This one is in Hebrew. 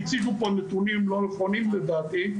הציגו פה נתונים לא נכונים לדעתי,